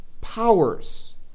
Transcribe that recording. powers